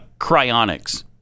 cryonics